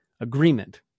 agreement